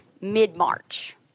mid-March